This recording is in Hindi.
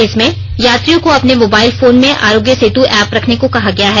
इसमें यात्रियों को अपने मोबाइल फोन में आरोग्य सेतु ऐप रखने को कहा गया है